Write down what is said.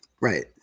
Right